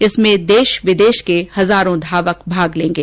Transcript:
इसमें देश विदेश के हजारों धावक भाग लेंगे